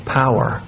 power